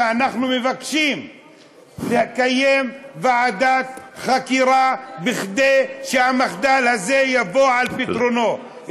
ואנחנו מבקשים לקיים ועדת חקירה כדי שהמחדל הזה יבוא על פתרונו.